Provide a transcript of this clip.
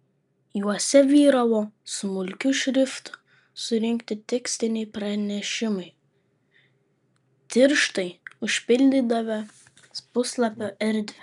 juose vyravo smulkiu šriftu surinkti tekstiniai pranešimai tirštai užpildydavę puslapio erdvę